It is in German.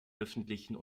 öffentlichen